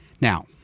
now